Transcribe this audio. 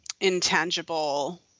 intangible